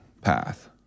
path